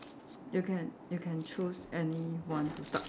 you can you can choose any one to start first